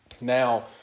Now